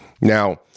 Now